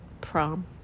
prom